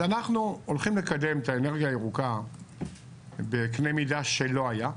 אנחנו הולכים לקדם את האנרגיה הירוקה בקנה מידה שלא היה,